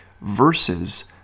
versus